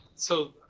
so,